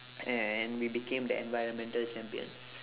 and we became the environmental champions